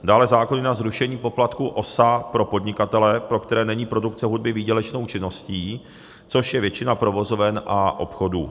Dále zákony na zrušení poplatku OSA pro podnikatele, pro které není produkce hudby výdělečnou činností, což je většina provozoven a obchodů.